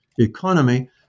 economy